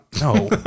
No